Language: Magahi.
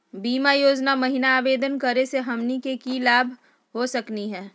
बीमा योजना महिना आवेदन करै स हमनी के की की लाभ हो सकनी हे?